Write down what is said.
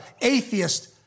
atheist